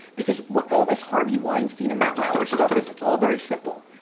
because what all this harvey weinstein and matt lauer stuff is it's all very simple.